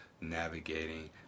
navigating